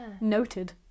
noted